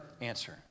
answer